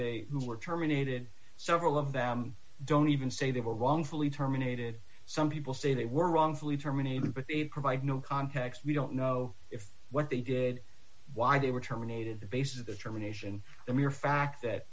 they who were terminated several of them don't even say they were wrongfully terminated some people say they were wrongfully terminated but they provide no context we don't know if what they did why they were terminated the basis of the termination the mere fact that